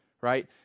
right